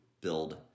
build